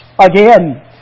again